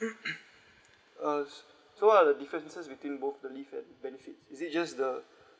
uh s~ so what are the differences between both the leave and benefits is it just